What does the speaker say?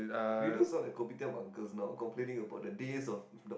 we do some like Kopitiam uncles now complaining about the teh of